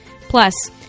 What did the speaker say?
Plus